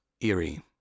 eerie